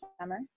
summer